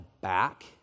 back